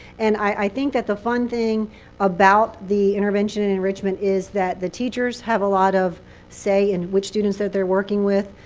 and i think that the fun thing about the intervention and enrichment is that the teachers have a lot of say in which students that they're working with.